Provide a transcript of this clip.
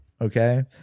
Okay